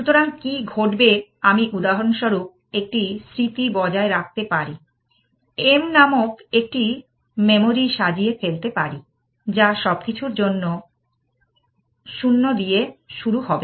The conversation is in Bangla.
সুতরাং কি ঘটবে আমি উদাহরণস্বরূপ একটি স্মৃতি বজায় রাখতে পারি M নামক একটি মেমোরি সাজিয়ে ফেলতে পারি যা সবকিছুর জন্য 0 দিয়ে শুরু হবে